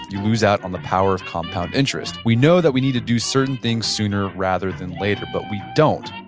you lose out on the power of compound interest. we know that we need to do certain things sooner rather than later. but we don't,